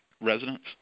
residents